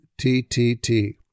TTT